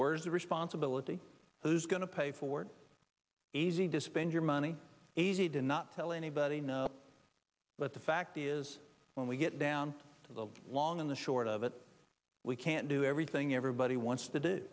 where's the responsibility so who's going to pay for it easy to spend your money ese do not tell anybody no but the fact is when we get down to the long in the short of it we can't do everything everybody wants to do